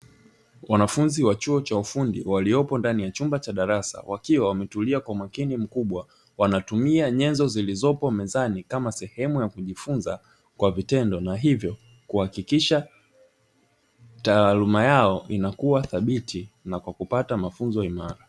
Wanafunzi wa chuo cha ufundi waliopo ndani ya chumba cha darasa wakiwa wametulia kwa umakini mkubwa, wanatumia nyenzo zilizopo mezani kama sehemu ya kujifunza kwa vitendo na hivyo kuhakikisha taaluma yao inakuwa thabiti na kwa kupata mafunzo imara.